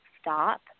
stop